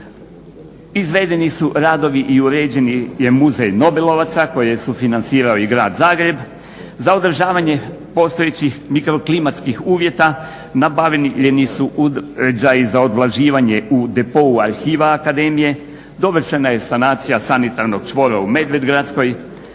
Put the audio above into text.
izvedeni su radovi i uređen je muzej nobelovaca koje je sufinancirao i Grad Zagreb. Za održavanje postojećih mikroklimatskih uvjeta nabavljeni su uređaji za odvlaživanje u depou arhiva akademije. Dovršena je sanacija sanitarnog čvora u Medvedgradskoj,